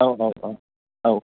औ औ औ